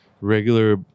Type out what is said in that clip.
regular